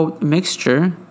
mixture